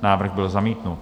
Návrh byl zamítnut.